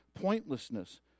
pointlessness